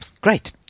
Great